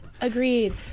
Agreed